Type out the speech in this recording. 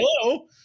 hello